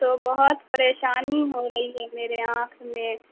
تو بہت پریشانی ہو رہی ہے میرے آنکھ میں